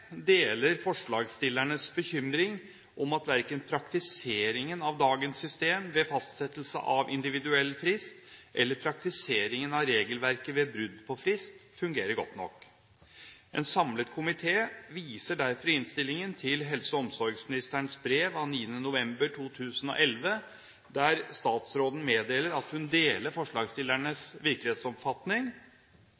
deler forslagsstillernes bekymring om at verken praktiseringen av dagens system ved fastsettelse av individuell frist eller praktiseringen av regelverket ved brudd på frist, fungerer godt nok. En samlet komité viser derfor i innstillingen til helse- og omsorgsministerens brev av 9. november 2011, der statsråden meddeler at hun deler forslagsstillernes